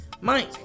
mike